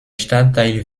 stadtteil